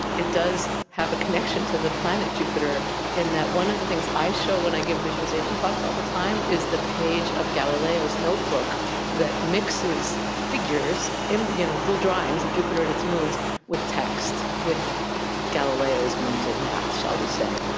it does have a connection to the planet jupyter in that one of the things i show when i give visualization talks all the time is the page of galileo's notebook that mixes figures, um you know two drawings of jupiter and its moons with text with galileo's mental math, shall we say.